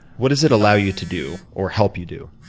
what does it allow you to do or help you do?